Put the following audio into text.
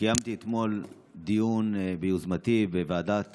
קיימתי אתמול דיון ביוזמתי בוועדת